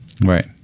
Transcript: Right